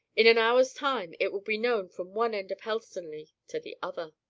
in an hour's time it will be known from one end of helstonleigh to the other.